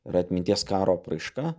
yra atminties karo apraiška